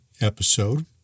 episode